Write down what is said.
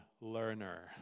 learner